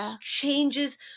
changes